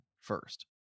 first